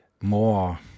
more